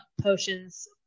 potions